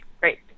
Great